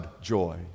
joy